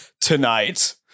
tonight